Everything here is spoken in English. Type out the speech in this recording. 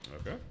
Okay